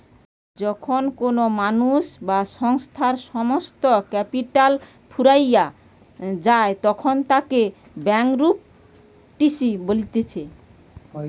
যখন কোনো মানুষ বা সংস্থার সমস্ত ক্যাপিটাল ফুরাইয়া যায়তখন তাকে ব্যাংকরূপটিসি বলতিছে